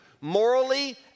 morally